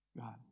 God